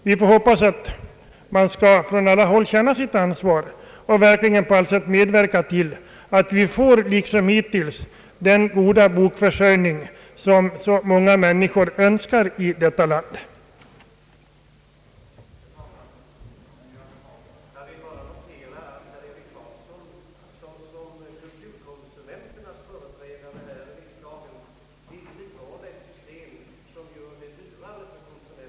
Vi får hoppas att man på alla håll känner sitt ansvar och medverkar till att vi kan bibehålla den hittillsvarande goda bokförsörjningen, vilket så många människor i detta land önskar.